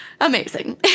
amazing